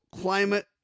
climate